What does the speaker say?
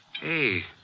Hey